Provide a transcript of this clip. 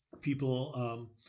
people